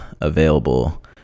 available